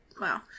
Wow